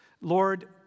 Lord